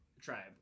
tribe